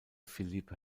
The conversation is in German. philippe